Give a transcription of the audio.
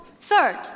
Third